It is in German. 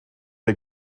der